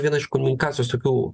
viena iš komunikacijos tokių